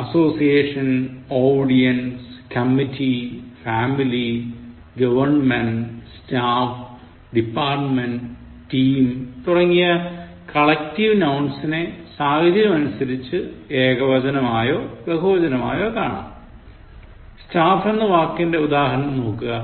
association audience committee family government staff department team തുടങ്ങിയ collective നൌൺസിനെ സാഹചര്യം അനുസരിച്ച് ഏകവചനമായോ ബഹുവചനമായോ കാണാം staff എന്ന വാക്കിൻറെ ഉദാഹരണം നോക്കുക